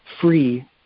free